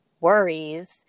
worries